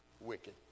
wicked